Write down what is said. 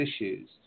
issues